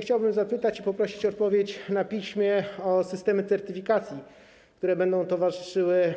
Chciałbym zapytać i poprosić o odpowiedź na piśmie o systemy certyfikacji, które będą towarzyszyły